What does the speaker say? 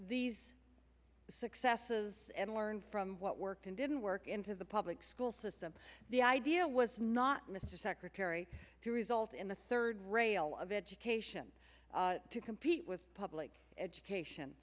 these successes and learn from what worked and didn't work into the public school system the idea was not mr secretary to result in the third rail of education to compete with public education